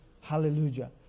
Hallelujah